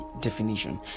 definition